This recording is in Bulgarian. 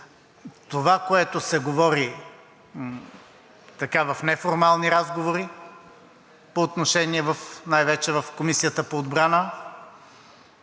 Това, което се говори в неформални разговори, най-вече в Комисията по отбрана,